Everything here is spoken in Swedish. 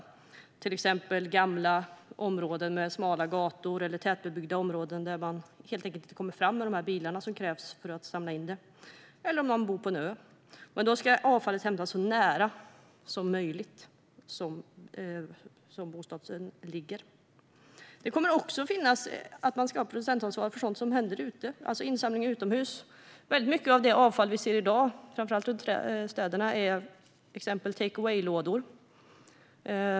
Det är till exempel gamla områden med smala gator eller tätbebyggda områden där man helt enkelt inte kommer fram med de bilar som krävs för att samla in det eller om man bor på en ö. Avfallet ska då hämtas så nära bostaden som möjligt. Det kommer också att finnas producentansvar för sådant som händer ute, det vill säga insamling utomhus. Väldigt mycket av det avfall vi ser i dag, framför allt runt städerna, är till exempel take away-lådor.